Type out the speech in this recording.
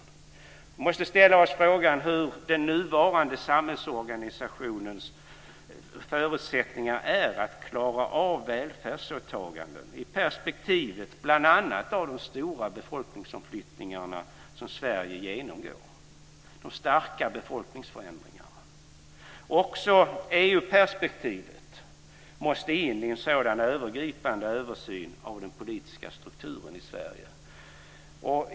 Vi måste ställa oss frågan hur den nuvarande samhällsorganisationens förutsättningar är att klara av välfärdsåtagandena, i perspektiv bl.a. av de stora befolkningsomflyttningar som sker i Sverige. Det är stora befolkningsförändringar. Också EU-perspektivet måste in i en sådan övergripande översyn av den politiska strukturen i Sverige.